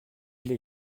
les